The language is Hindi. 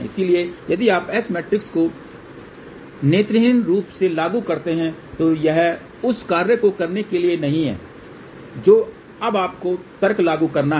इसलिए यदि आप S मैट्रिक्स को नेत्रहीन रूप से लागू करते हैं तो यह उस कार्य को करने के लिए नहीं है जो अब आपको तर्क लागू करना है